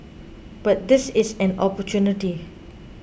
but this is an opportunity